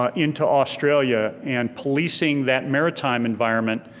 ah into australia and policing that maritime environment,